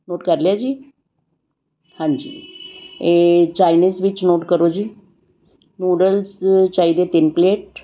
note ਕਰ ਲਿਆ ਜੀ ਹਾਂਜੀ ਇਹ ਚਾਈਨੀਜ ਵਿੱਚ ਨੋਟ ਕਰੋ ਜੀ ਨੂਡਲਸ ਚਾਹੀਦੇ ਤਿੰਨ ਪਲੇਟ